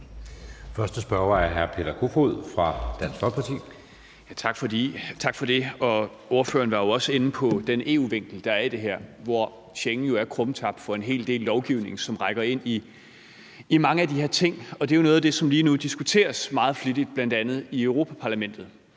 Første spørger er hr. Peter Kofod fra Dansk Folkeparti. Kl. 15:45 Peter Kofod (DF): Tak for det. Ordføreren var jo også inde på den EU-vinkel, der er på det her, hvor Schengen jo er krumtap for en hel del lovgivning, som rækker ind i mange af de her ting, og det er jo noget af det, som lige nu diskuteres meget flittigt, bl.a. i Europa-parlamentet.